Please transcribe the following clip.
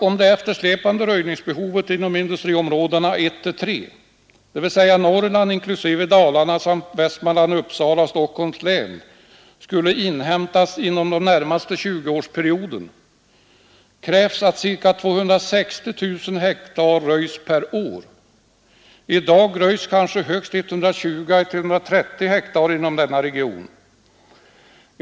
Om det eftersläpande röjningsbehovet inom industriområdena I-III, dvs. Norrland inklusive Dalarna samt Västmanlands, Uppsala och Stockholms län, skulle inhämtas inom den närmaste 20-årsperioden, krävs att ca 260 000 hektar röjs per år. I dag röjs kanske högst 120 000 å 130 000 hektar inom denna region.